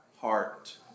heart